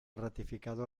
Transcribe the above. ratificado